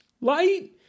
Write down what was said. Light